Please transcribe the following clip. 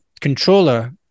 controller